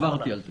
עברתי על זה.